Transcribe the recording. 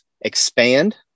expand